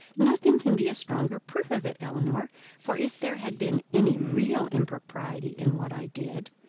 nothing can be a stronger proof of it, elinor for if there had been any real impropriety in what i did,